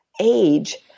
age